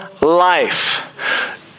life